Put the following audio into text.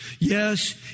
Yes